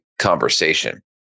conversation